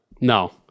No